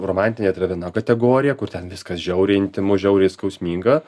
romantinė tai yra viena kategorija kur ten viskas žiauriai intymu žiauriai skausminga